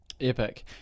Epic